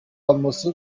alması